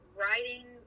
writing